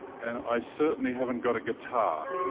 and i certainly haven't got a guitar.